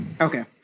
Okay